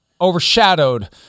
overshadowed